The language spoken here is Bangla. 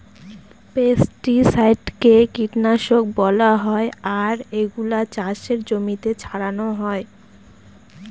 পেস্টিসাইডকে কীটনাশক বলা হয় আর এগুলা চাষের জমিতে ছড়ানো হয়